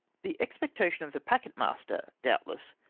the expectation of the packet-master, doubtless,